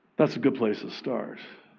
that's a good place to start.